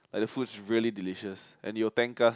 like the food is really delicious and you will thank us